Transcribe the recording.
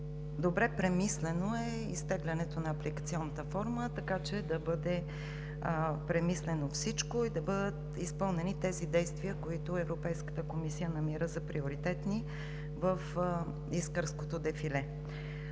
Добре премислено е изтеглянето на апликационната форма, така че да бъде премислено всичко и да бъдат изпълнени тези действия, които Европейската комисия намира за приоритетни в Кресненското дефиле.